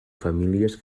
famílies